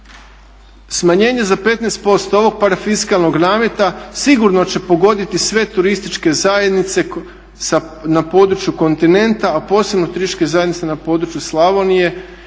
smanjenje za 15% ovog parafiskalnog nameta sigurno će pogoditi sve turističke zajednice na području kontinenta a posebno turističke zajednice na području Slavonije